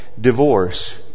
divorce